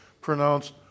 pronounced